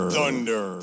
Thunder